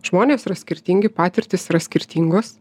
žmonės yra skirtingi patirtys yra skirtingos